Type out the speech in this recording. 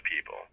people